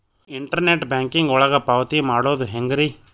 Internet banking ಒಳಗ ಪಾವತಿ ಮಾಡೋದು ಹೆಂಗ್ರಿ?